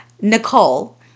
Nicole